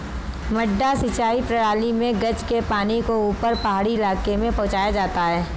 मडडा सिंचाई प्रणाली मे गज के पानी को ऊपर पहाड़ी इलाके में पहुंचाया जाता है